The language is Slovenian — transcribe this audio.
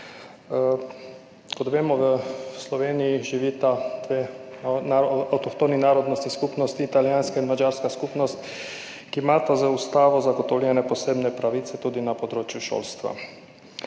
Kot vemo, v Sloveniji živita dve avtohtoni narodnostni skupnosti, italijanska in madžarska skupnost, ki imata z ustavo zagotovljene posebne pravice tudi na področju šolstva.